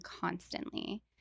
constantly